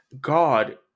God